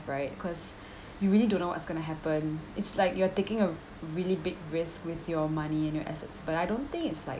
right cause you really don't know what's going to happen it's like you're taking a r~ really big risk with your money and your assets but I don't think it's like